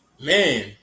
man